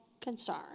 concern